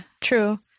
true